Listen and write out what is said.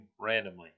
randomly